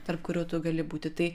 tarp kurių tu gali būti tai